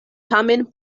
tamen